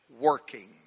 working